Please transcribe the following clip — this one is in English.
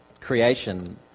creation